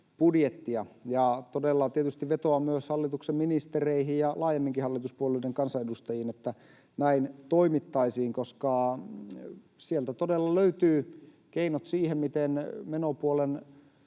vaihtoehtobudjettia. Ja todella tietysti vetoan myös hallituksen ministereihin ja laajemminkin hallituspuolueiden kansanedustajiin, että näin toimittaisiin, koska sieltä todella löytyy keinot siihen, miten menopuolen